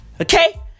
Okay